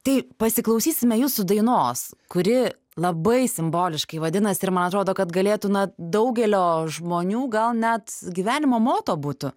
tai pasiklausysime jūsų dainos kuri labai simboliškai vadinasi ir man atrodo kad galėtų na daugelio žmonių gal net gyvenimo moto būtų